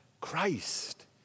Christ